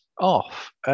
off